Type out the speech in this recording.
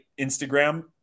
Instagram